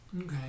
Okay